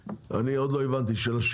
עוד לא הבנתי על מה מדובר?